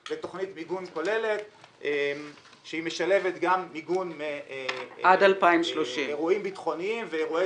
לתכנית מיגון כוללת שמשלבת גם מיגון אירועים ביטחוניים ואירועי